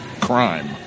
crime